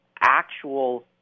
actual